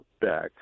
back